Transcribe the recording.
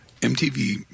MTV